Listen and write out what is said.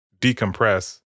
decompress